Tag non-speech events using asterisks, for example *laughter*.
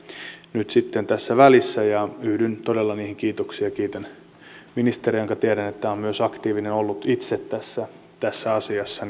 nyt sitten tässä välissä yhdyn todella niihin kiitoksiin ja kiitän ministeriä varmasti meidän oppositiopuolueiden puolesta jonka tiedän myös olleen itse aktiivinen tässä asiassa *unintelligible*